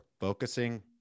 focusing